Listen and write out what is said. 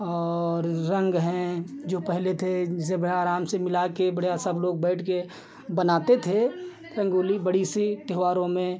और रंग हैं जो पहले थे जैसे बड़े आराम से मिलाकर बढ़ियाँ सब लोग बैठकर बनाते थे रंगोली बड़ी सी त्योहारों में